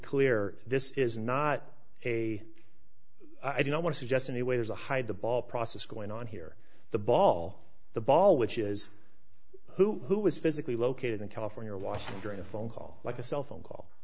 clear this is not a i don't want to suggest any way to hide the ball process going on here the ball the ball which is who who is physically located in california or washington during a phone call like a cell phone call